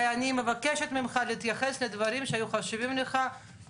ובלבד שאין בדרישות אלה כדי להקל מדרישות תקן הכשרות האמור,